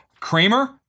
Kramer